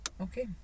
Okay